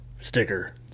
sticker